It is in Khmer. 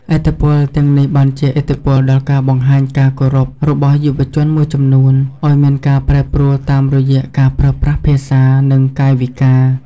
ឥទ្ធិពលទាំងនេះបានជះឥទ្ធិពលដល់ការបង្ហាញការគោរពរបស់យុវជនមួយចំនួន ឲ្យមានការប្រែប្រួលតាមរយៈការប្រើប្រាស់ភាសា និងកាយវិការ។